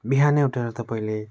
बिहानै उठेर तपाईँले